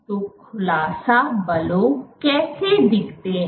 तो खुलासा बलों कैसे दिखते हैं